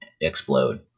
explode